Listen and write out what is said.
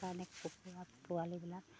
কাৰণে কুকুৰা পোৱালিবিলাক